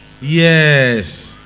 Yes